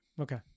Okay